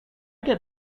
get